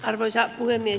arvoisa puhemies